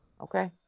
okay